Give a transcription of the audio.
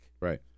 Right